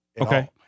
Okay